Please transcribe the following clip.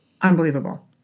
unbelievable